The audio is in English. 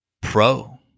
pro